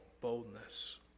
boldness